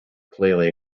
clearly